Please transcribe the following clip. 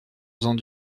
faisant